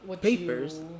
papers